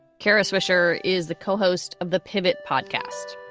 kara swisher is the co-host of the pivot podcast.